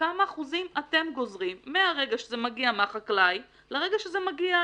כמה אחוזים אתם גוזרים מהרגע שזה מגיע מהחקלאי לרגע שזה מגיע